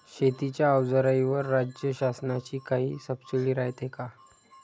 शेतीच्या अवजाराईवर राज्य शासनाची काई सबसीडी रायते का?